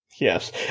Yes